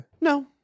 No